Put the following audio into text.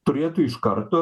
turėtų iš karto